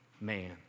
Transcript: man